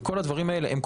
כל הדברים האלה הכרחיים,